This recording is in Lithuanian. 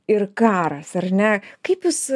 ir karas ar ne kaip jūs